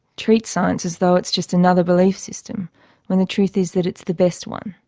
treats science as though it's just another belief system when the truth is that it's the best one,